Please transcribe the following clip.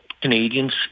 Canadians